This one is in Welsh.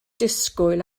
disgwyl